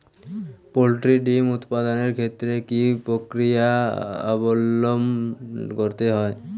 Poultry ডিম উৎপাদনের ক্ষেত্রে কি পক্রিয়া অবলম্বন করতে হয়?